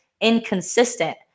inconsistent